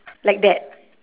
like that